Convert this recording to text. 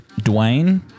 Dwayne